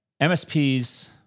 MSPs